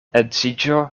edziĝo